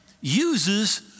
uses